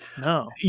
No